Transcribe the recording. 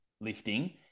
lifting